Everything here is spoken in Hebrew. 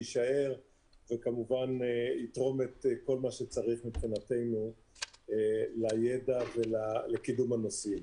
יישאר וכמובן יתרום את כל מה שצריך מבחינתנו לידע ולקידום הנושאים.